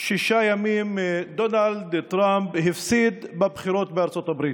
שישה ימים דונלד טראמפ הפסיד בבחירות בארצות הברית.